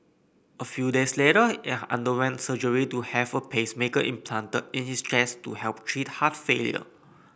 a few days later he underwent surgery to have a pacemaker implanted in his chest to help treat heart failure